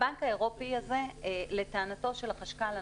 לטענת החשכ"ל,